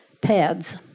PADS